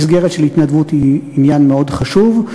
מסגרת של התנדבות היא עניין מאוד חשוב.